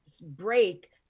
break